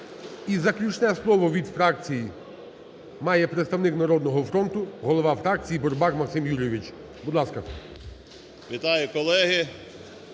І заключне слово від фракції має представник "Народного фронту" голова фракції Бурбак Максим Юрійович. Будь ласка. 10:33:13